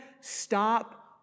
stop